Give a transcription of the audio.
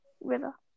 river